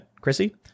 Chrissy